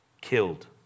killed